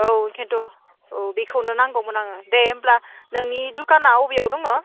औ ओंखायनोथ' औ बेखौनो नांगौमोन आंनो दे होनब्ला नोंनि दखाना बबेयाव दङ